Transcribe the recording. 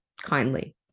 Kindly